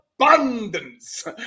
abundance